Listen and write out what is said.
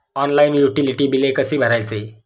Online utility बिले कसे भरायचे?